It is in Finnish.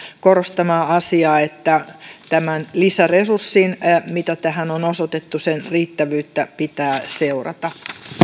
korostamaa asiaa että tämän lisäresurssin mitä tähän on osoitettu riittävyyttä pitää seurata